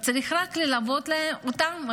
צריך רק ללוות אותם,